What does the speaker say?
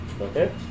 Okay